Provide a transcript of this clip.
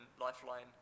Lifeline